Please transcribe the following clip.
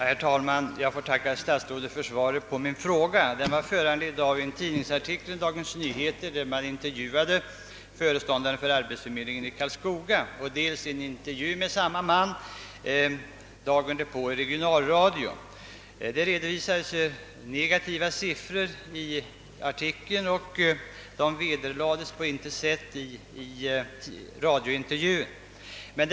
Herr talman! Jag ber att få tacka statsrådet för svaret på min fråga. Den var föranledd dels av en artikel i Dagens Nyheter, vari föreståndaren för arbetsförmedlingen i Karlskoga inter vjuades, dels av en intervju med samme man i regionalradion dagen därpå. I artikeln redovisades negativa siffror, som på intet sätt vederlades av radiointervjun.